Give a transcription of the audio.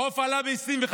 עוף עלה ב-25%,